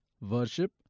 worship